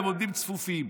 הם עומדים צפופים.